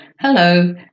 Hello